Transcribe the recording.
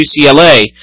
UCLA